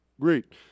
great